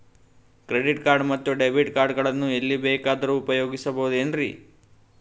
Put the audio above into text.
Credit card ಮತ್ತು debit card ಗಳನ್ನು ಎಲ್ಲಿ ಬೇಕಾದ್ರು ಉಪಯೋಗಿಸಬಹುದೇನ್ರಿ?